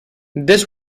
this